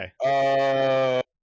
okay